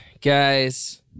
guys